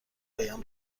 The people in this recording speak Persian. هایم